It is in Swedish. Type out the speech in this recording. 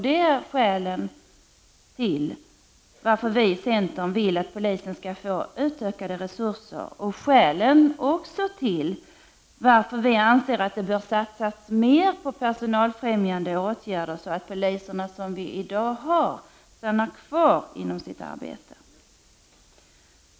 Det är skälen till att vi i centern vill att polisen skall få utökade resurser, och skälen till att vi anser att det bör satsas mera på personalfrämjande åtgärder, så att de poliser vi har i dag stannar kvar inom sitt arbete.